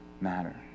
matter